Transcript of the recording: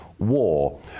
war